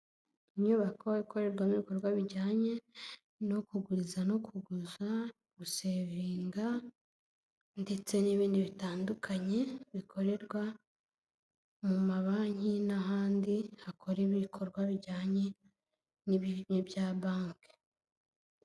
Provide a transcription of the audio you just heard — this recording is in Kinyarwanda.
Inyubako ikorerwamo ibikorwa bijyanye no kuguriza no kuguza, gusevinga ndetse n'ibindi bitandukanye bikorerwa mu mabanki n'ahandi hakora ibikorwa bijyanye n'ibya banki.